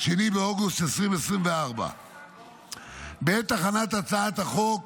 2 באוגוסט 2024. בעת הכנת הצעת החוק